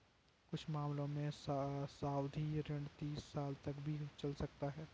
कुछ मामलों में सावधि ऋण तीस साल तक भी चल सकता है